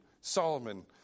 Solomon